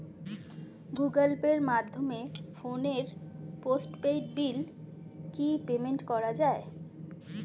Google পের মাধ্যমে ফোনের পোষ্টপেইড বিল কি পেমেন্ট করা যায়?